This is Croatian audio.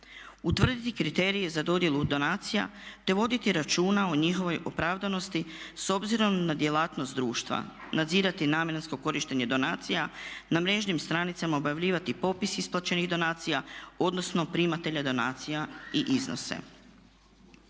Utvrditi kriterije za dodjelu donacija, te voditi računa o njihovoj opravdanosti s obzirom na djelatnost društva. Nadzirati namjensko korištenje donacija, na mrežnim stranicama objavljivati popis isplaćenih donacija odnosno primatelja donacija i iznose.